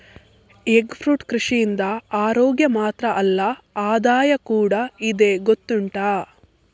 egg fruit ಕೃಷಿಯಿಂದ ಅರೋಗ್ಯ ಮಾತ್ರ ಅಲ್ಲ ಆದಾಯ ಕೂಡಾ ಇದೆ ಗೊತ್ತುಂಟಾ